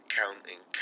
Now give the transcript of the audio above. counting